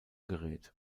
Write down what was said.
gerät